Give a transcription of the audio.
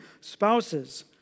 spouses